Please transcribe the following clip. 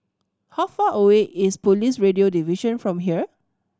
how far away is Police Radio Division from here